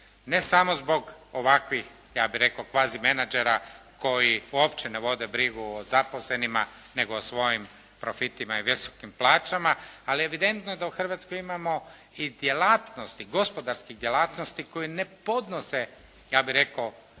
Ne samo zbog ovakvih ja bih rekao kvazi menadžera koji uopće ne vode brigu o zaposlenima, nego o svojim profitima i visokom plaćama. Ali evidentno je da u Hrvatskoj imamo i djelatnosti, gospodarskih djelatnosti koje ne podnose ja bih rekao